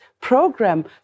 Program